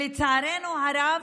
לצערנו הרב,